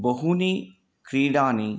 बहुनि क्रीडाः